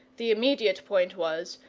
the immediate point was,